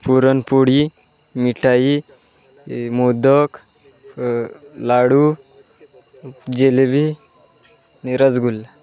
पुरणपोळी मिठाई हे मोदक लाडू जिलेबी आणि रसगुल्ला